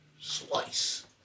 slice